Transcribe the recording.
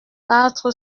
quatre